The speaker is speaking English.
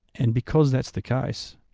and because that's the case,